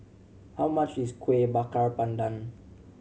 how much is Kuih Bakar Pandan